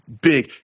big